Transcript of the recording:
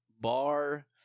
bar